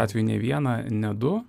atvejų ne vieną ne du